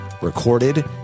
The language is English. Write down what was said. recorded